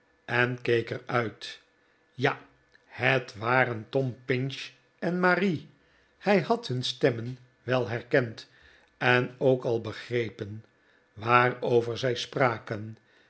en keek er uft ja het waren tom pinch en marie hij had hun stemmen wel herkend en ook al begrepen waarover zij spraken